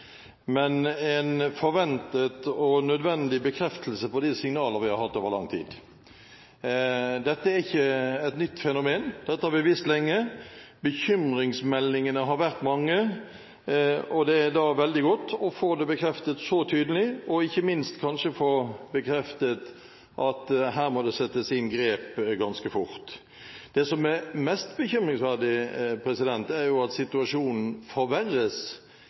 men en forventet og nødvendig bekreftelse på de signaler vi har fått over lang tid. Dette er ikke et nytt fenomen, dette har vi visst lenge. Bekymringsmeldingene har vært mange, og det er da veldig godt å få det bekreftet så tydelig, og kanskje ikke minst få bekreftet at her må det settes inn tiltak ganske fort. Det som er mest bekymringsfullt, er at situasjonen forverres